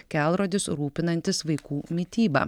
kelrodis rūpinantis vaikų mityba